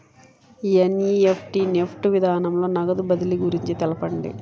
NEFT NEFT విధానంలో నగదు బదిలీ గురించి తెలుపండి?